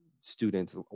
students